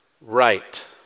right